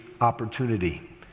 opportunity